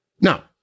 Now